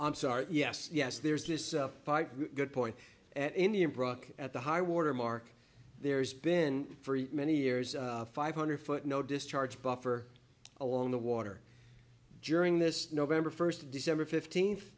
i'm sorry yes yes there's this good point at indian brook at the high water mark there's been for many years five hundred foot no discharge buffer along the water during this november first december fifteenth